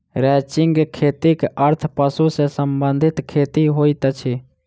ranching खेतीक अर्थ पशु सॅ संबंधित खेती होइत अछि